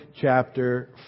chapter